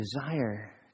desire